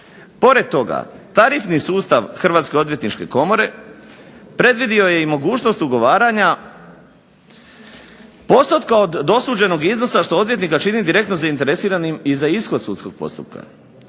Pored toga tarifni sustav Hrvatske odvjetničke komore predvidio je i mogućnost ugovaranja postotka od dosuđenog iznosa što odvjetnika čini direktno zainteresiranim i za ishod sudskog postupka.